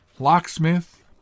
Locksmith